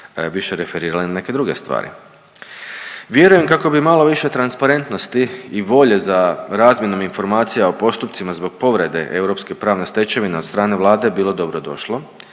više referirali na neke druge stvari. Vjerujem kako bi malo više transparentnosti i volje za razmjenom informacija o postupcima zbog povrede europske pravne stečevine od strane Vlade bilo dobrodošlo,